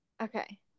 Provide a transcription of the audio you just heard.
Okay